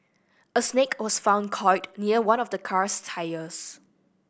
a snake was found coiled near one of the car's tyres